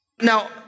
Now